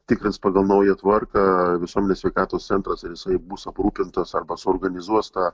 tikrins pagal naują tvarką visuomenės sveikatos centras ar jisai bus aprūpintas arba suorganizuos tą